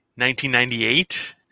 1998